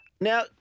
Now